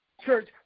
church